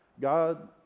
God